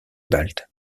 baltes